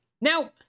Now